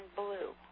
blue